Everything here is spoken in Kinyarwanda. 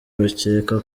bakeka